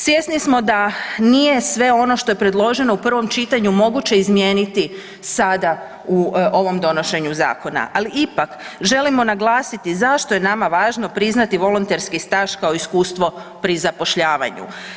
Svjesni smo da nije sve ono što je predloženo u prvom čitanju moguće izmijeniti sada u ovom donošenju zakona, ali ipak želimo naglasiti zašto je nama važno priznati volonterski staž kao iskustvo pri zapošljavanju.